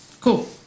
Cool